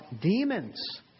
demons